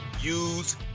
use